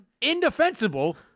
indefensible